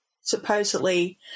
supposedly